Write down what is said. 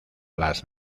las